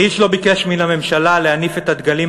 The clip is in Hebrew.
ואיש לא ביקש מן הממשלה להניף את הדגלים